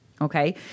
Okay